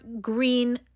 green